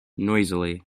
noisily